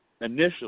initially